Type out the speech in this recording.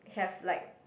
have like